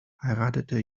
heiratete